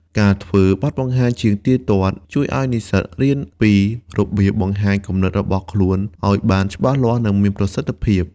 ការធ្វើបទបង្ហាញជាទៀងទាត់ជួយឱ្យនិស្សិតរៀនពីរបៀបបង្ហាញគំនិតរបស់ខ្លួនឱ្យបានច្បាស់លាស់ និងមានប្រសិទ្ធភាព។